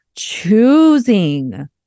choosing